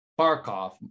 Barkov